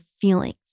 feelings